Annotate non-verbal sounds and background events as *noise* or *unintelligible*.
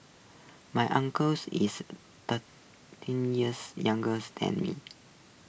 my uncles is thirty years younger *unintelligible* than me